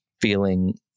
feeling